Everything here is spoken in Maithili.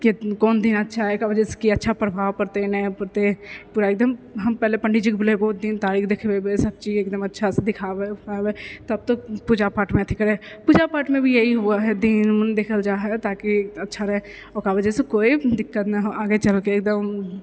कोन दिन अच्छा हइ जकरा वजहसँ अच्छा प्रभाव पड़तै नहि पड़तै पूरा एकदम हम पहिले पण्डीजीके बोलैबै दिन तारीख देखबैबे सबचीज एकदम अच्छासँ देखाबै उखाबै तब तऽ पूजा पाठमे अथी करै पूजा पाठमे भी इएह हुअऽ हइ दिन उन देखल जाहै ताकि अच्छा रहै ओकरा वजहसँ कोइ दिक्कत नहि हो आगे चलिके एकदम